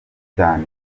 cyane